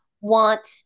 want